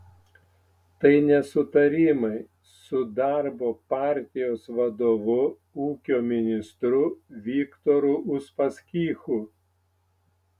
tai nesutarimai su darbo partijos vadovu ūkio ministru viktoru uspaskichu